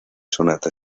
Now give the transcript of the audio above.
sonata